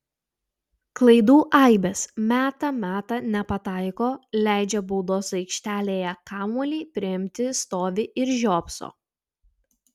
klaidų aibės meta meta nepataiko leidžia baudos aikštelėje kamuolį priimti stovi ir žiopso